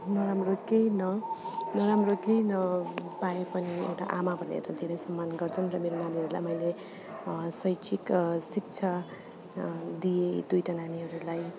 नराम्रो केही न नराम्रो केही न पाए पनि एउटा आमा भनेर धेरै सम्मान गर्छन् र मेरो नानीहरूलाई मैले शैक्षिक शिक्षा दिए दुइवटा नानीहरूलाई